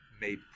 made